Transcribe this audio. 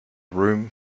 room